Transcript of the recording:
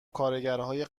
کارگرهای